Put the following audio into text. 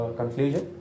conclusion